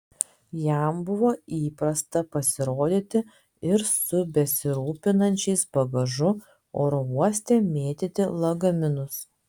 jam buvo įprasta pasirodyti ir su besirūpinančiais bagažu oro uoste mėtyti lagaminus